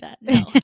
no